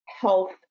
health